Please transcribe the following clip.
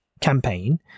campaign